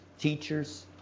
teachers